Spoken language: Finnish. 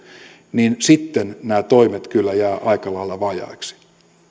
niin sitten nämä toimet kyllä jäävät aika lailla vajaiksi